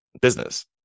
business